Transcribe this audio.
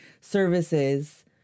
services